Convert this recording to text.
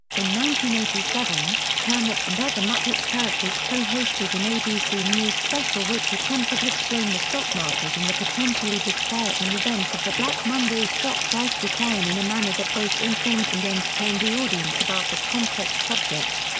in eighty seven, kermit and other muppet characters co-hosted an abc news special which attempted to explain the stock market and the potentially disquieting events of the black monday stock price decline in a manner that both informed and entertained the audience about the complex subject.